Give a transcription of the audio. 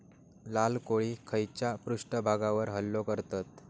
लाल कोळी खैच्या पृष्ठभागावर हल्लो करतत?